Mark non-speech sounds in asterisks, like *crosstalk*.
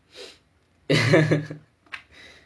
*laughs*